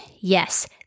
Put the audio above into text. Yes